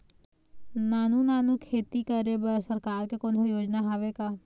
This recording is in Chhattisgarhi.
नानू नानू खेती करे बर सरकार के कोन्हो योजना हावे का?